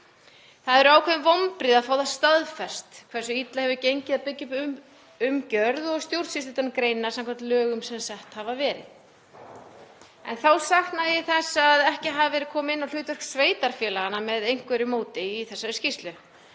Það eru ákveðin vonbrigði að fá það staðfest hversu illa hefur gengið að byggja upp um umgjörð og stjórnsýslu utan um greinina samkvæmt lögum sem sett hafa verið. En þá sakna ég þess að ekki hafi verið komið inn á hlutverk sveitarfélaganna með einhverju móti í þessari skýrslu.